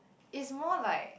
is more like